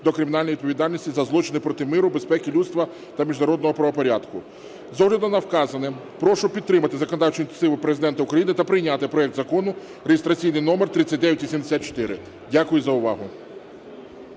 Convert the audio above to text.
до кримінальної відповідальності за злочини проти миру, безпеки людства та міжнародного правопорядку. З огляду на вказане, прошу підтримати законодавчу ініціативу Президента України та прийняти проект Закону (реєстраційний номер 3984). Дякую за увагу.